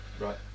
Right